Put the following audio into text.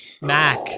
Mac